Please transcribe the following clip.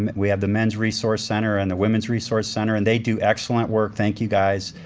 and we have the men's resource center and the women's resource center, and they do excellent work. thank you, guys,